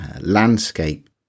landscape